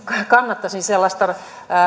kannattaisin sellaista